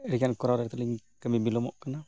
ᱟᱹᱰᱤ ᱜᱟᱱ ᱠᱚᱨᱟᱣ ᱤᱭᱟᱹᱛᱮ ᱠᱟᱹᱢᱤ ᱵᱤᱞᱚᱢᱚᱜ ᱠᱟᱱᱟ